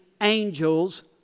angels